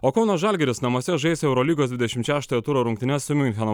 o kauno žalgiris namuose žais eurolygos dvidešim šeštojo turo rungtynes su miuncheno